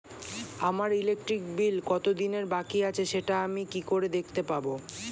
আমার electric bill কত দিনের বাকি আছে সেটা আমি কি করে দেখতে পাবো?